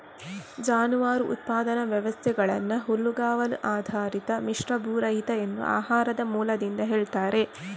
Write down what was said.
ಜಾನುವಾರು ಉತ್ಪಾದನಾ ವ್ಯವಸ್ಥೆಗಳನ್ನ ಹುಲ್ಲುಗಾವಲು ಆಧಾರಿತ, ಮಿಶ್ರ, ಭೂರಹಿತ ಎಂದು ಆಹಾರದ ಮೂಲದಿಂದ ಹೇಳ್ತಾರೆ